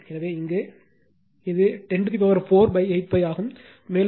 எனவே இங்கே இது 1048 π ஆகும் மேலும் Q 40 ஆகும்